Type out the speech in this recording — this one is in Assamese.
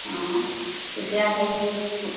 তেতিয়া সেই